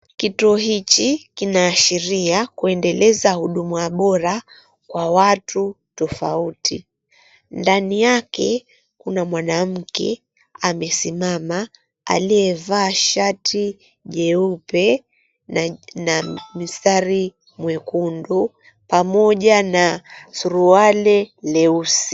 Kituo hichi kinaashiria kuendeleza huduma bora kwa watu tofauti. Ndani yake kuna mwanamke amesimama aliyevaa shati jeupe na mistari mwekundu pamoja na suruali leusi.